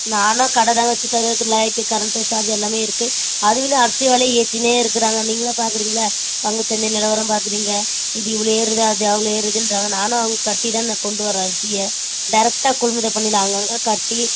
நானும் கடைதாங்க வச்சுருக்கேன் அதுக்கு லைட்டு கரண்ட்டு சார்ஜ் எல்லாமே இருக்குது அதை விட அரிசி வெலை ஏற்றின்னே இருக்கிறாங்க நீங்களே பார்க்குறீங்கள்ல பங்கு சந்தை நிலவரம் பார்க்குறீங்க இது இவ்வளோ ஏறுது அது அவ்வளோ ஏறுதுன்ட்றாங்க நானும் அங்கே கட்டி தான நான் கொண்டு வரேன் அரிசியை டேரெக்டாக கொள்முதல் பண்ணி நாங்கள் அங்கங்கே கட்டி